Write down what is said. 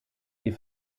die